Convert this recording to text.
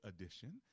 edition